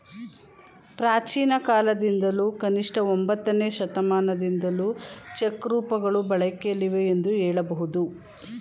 ಪ್ರಾಚೀನಕಾಲದಿಂದಲೂ ಕನಿಷ್ಠ ಒಂಬತ್ತನೇ ಶತಮಾನದಿಂದಲೂ ಚೆಕ್ ರೂಪಗಳು ಬಳಕೆಯಲ್ಲಿವೆ ಎಂದು ಹೇಳಬಹುದು